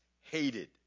hated